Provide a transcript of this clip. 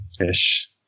ish